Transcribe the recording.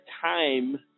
time